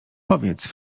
powiedz